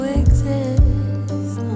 exist